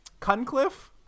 Cuncliffe